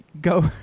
go